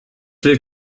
will